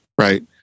right